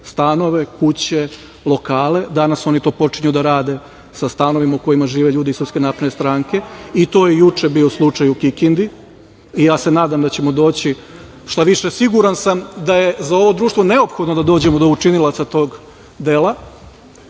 stanove, kuće, lokale, danas oni to počinju da rade sa stanovima u kojima žive ljudi iz SNS i to je juče bio slučaj u Kikindi i ja se nadam da ćemo doći, šta više siguran sam da je za ovo društvo neophodno da dođemo do učinilaca tog dela.S